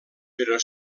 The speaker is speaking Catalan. però